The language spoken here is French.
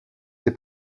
ses